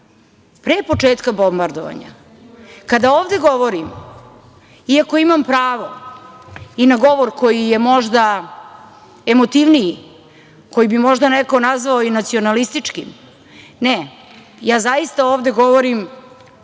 pre početka bombardovanja. Kada ovde govorim, iako imam pravo i na govor koji je možda emotivniji, koji bi možda neko nazvao i nacionalističkim, ne, ja zaista ovde govorim